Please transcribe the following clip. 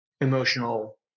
emotional